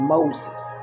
Moses